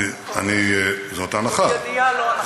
זאת ידיעה, לא הנחה.